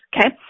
okay